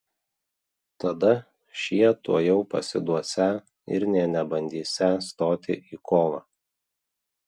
tada šie tuojau pasiduosią ir nė nebandysią stoti į kovą